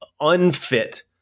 unfit